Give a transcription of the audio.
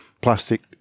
plastic